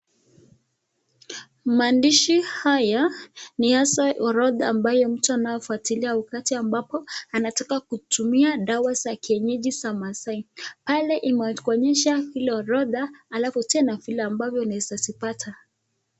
Maandishi haya ni hasa orodha ambayo mtu anayofwatilia wakati ambapo anataka kutumia dawa za kienyeji za Masai. Pale imekuonyesha hilo orodha alafu tena vile ambavyo unaweza zipata.